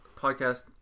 podcast